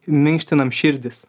minkštinam širdis